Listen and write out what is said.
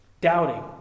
doubting